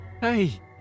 Hey